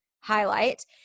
highlight